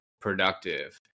productive